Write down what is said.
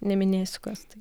neminėsiu kas tai